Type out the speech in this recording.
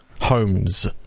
Homes